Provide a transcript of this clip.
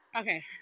okay